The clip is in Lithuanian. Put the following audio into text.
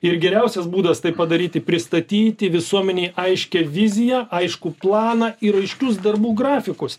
ir geriausias būdas tai padaryti pristatyti visuomenei aiškią viziją aiškų planą ir aiškius darbų grafikus